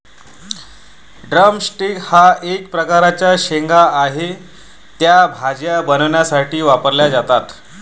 drum sticks हा एक प्रकारचा शेंगा आहे, त्या भाज्या बनवण्यासाठी वापरल्या जातात